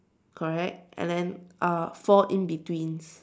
correct and then uh four in between